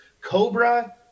Cobra